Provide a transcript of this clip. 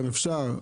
גם אפשר,